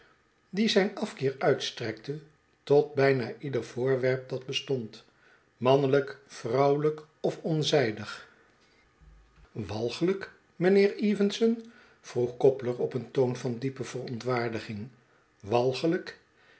die zijn afkeer uitstrekte tot bijna ieder voorwerp dat bestond mannelijk vrouw'elijk of onzijdig walgelijk mijnheer evenson vroeg gobler op een toon van diepe verontwaardiging walgelyk